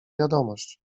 wiadomość